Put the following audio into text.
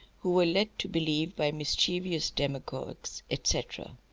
who were led to believe by mischievous demagogues, etcetera.